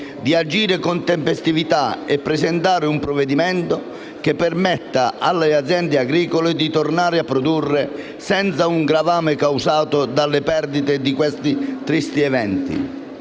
di agire con tempestività e presentare un provvedimento che permetta alle aziende agricole di tornare a produrre senza il gravame causato dalle perdite determinate da questi tristi eventi.